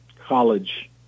college